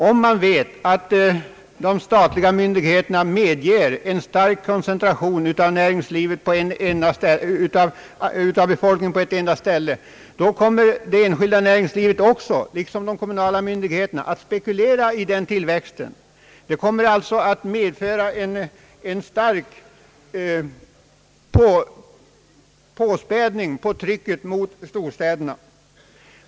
Om man vet att de statliga myndigheterna medger stark koncentration av befolkningen på ett enda ställe, kommer det enskilda näringslivet, liksom de kommunala myndigheterna, att spekulera i denna tillväxt. Det blir då en stark påspädning på trycket mot storstäderna.